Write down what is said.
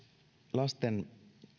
lasten